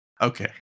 Okay